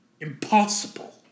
impossible